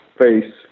face